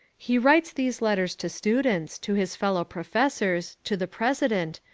he writes these letters to students, to his fellow professors, to the president,